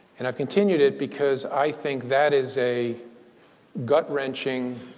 and i've continued it because i think that is a gut wrenching